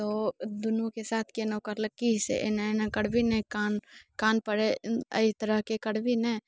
तऽ ओ दूनू के साथ केलहुँ कहलक कि से एना एना करबिही ने कान कानपर एहि तरहके करबिही ने